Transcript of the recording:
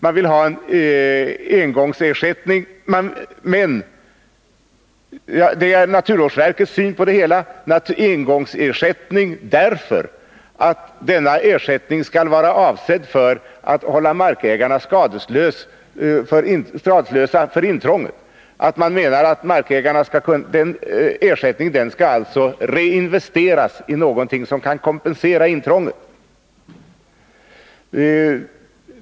Naturvårdsverkets syn på det hela är att man vill kunna ge en engångsersättning därför att den ersättningen skall hålla markägaren skadeslös för intrånget och reinvesteras i någonting som kan kompensera detta intrång.